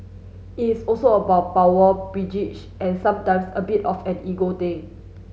it is also about power and sometimes a bit of an ego thing